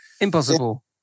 Impossible